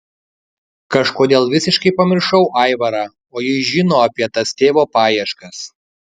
kažkodėl visiškai pamiršau aivarą o jis žino apie tas tėvo paieškas